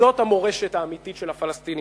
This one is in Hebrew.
וזאת המורשת האמיתית של הפלסטינים,